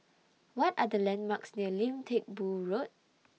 What Are The landmarks near Lim Teck Boo Road